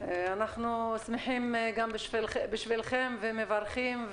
אנחנו שמחים גם בשבילכם ומברכים,